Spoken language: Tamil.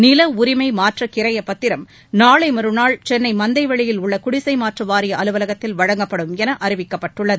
நில உரிமை மாற்ற கிரயப்பத்திரம் நாளை மறுநாள் சென்னை மந்தைவெளியில் உள்ள குடிசைமாற்று வாரிய அலுவலகத்தில் வழங்கப்படும் என அறிவிக்கப்பட்டுள்ளது